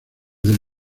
del